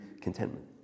contentment